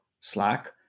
Slack